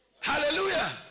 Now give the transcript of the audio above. hallelujah